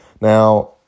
Now